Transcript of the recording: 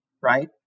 right